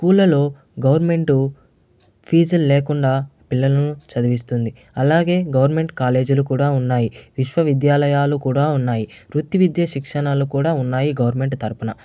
school లలో government ఫీజులు లేకుండా పిల్లలను చదివిస్తుంది అలాగే గవర్నమెంట్ కాలేజీలు కూడా ఉన్నాయి విశ్వ విద్యాలయాలు కూడా ఉన్నాయి వృత్తి విద్య శిక్షణలు కూడా ఉన్నాయి గవర్నమెంట్ తరుపున